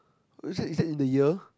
is that is that in the year